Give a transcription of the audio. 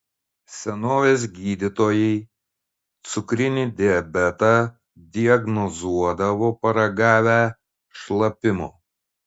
senovės gydytojai cukrinį diabetą diagnozuodavo paragavę šlapimo